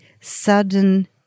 sudden